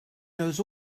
knows